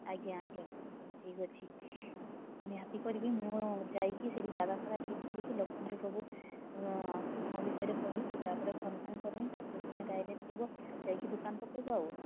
ଆଜ୍ଞା ଆଜ୍ଞା ଠିକ୍ ଅଛି ନିହାତି କରିବି ମୁଁ ଯାଇକି ସେଇଠି ଜାଗା ଫାଗା ଠିକ୍ କରିକି ଲୋକଙ୍କୁ ସବୁ ତୁମ ବିଷୟରେ କହିକି ତା'ପରେ ଫୋନ୍ ଫାନ୍ କରିବି ତା'ପରେ ତୁମେ ଡାଇରେକ୍ଟ୍ ଯିବ ଯାଇକି ଦୁକାନ ପକାଇବ ଆଉ